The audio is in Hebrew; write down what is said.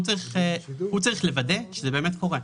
הוא צריך לוודא שזה אמת קורה.